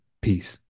Peace